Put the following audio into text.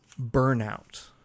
burnout